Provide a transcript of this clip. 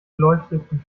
beleuchteten